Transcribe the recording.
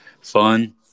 fun